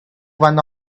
one